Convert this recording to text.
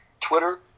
Twitter